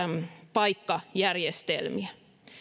paikkajärjestelmiä